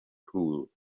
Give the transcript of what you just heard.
cool